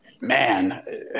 Man